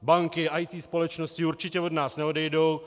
Banky, IT společnosti určitě od nás neodejdou.